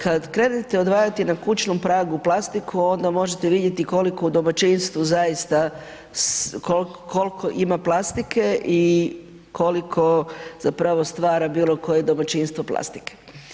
Kad krenete odvajati na kućnom pragu plastiku onda možete vidjeti koliko u domaćinstvu zaista kolko ima plastike i koliko zapravo stvara bilo koje domaćinstvo plastike.